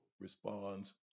responds